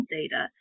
data